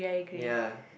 ya